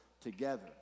together